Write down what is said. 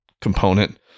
component